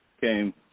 came